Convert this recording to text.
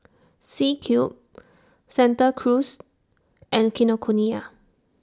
C Cube Santa Cruz and Kinokuniya